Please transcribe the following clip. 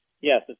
Yes